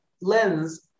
lens